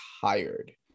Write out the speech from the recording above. tired